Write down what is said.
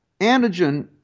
antigen